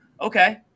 Okay